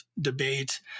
debate